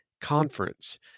conference